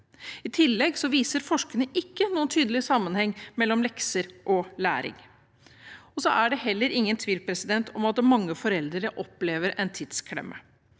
I tillegg viser forskning ikke noen tydelig sammenheng mellom lekser og læring. Det er heller ingen tvil om at mange foreldre opplever en tidsklemme.